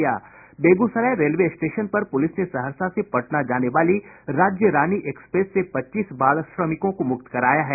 Begusarai railway station पर police ने सहरसा से पटना जाने वाली राज्यरानी एक्सप्रेस से पच्चीस बाल श्रमिकों को मुक्त कराया है